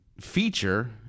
feature